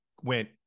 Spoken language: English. went